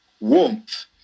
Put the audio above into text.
warmth